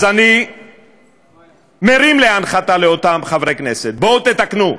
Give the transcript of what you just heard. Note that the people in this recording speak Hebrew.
אני מרים להנחתה לאותם חברי כנסת: בואו תתקנו.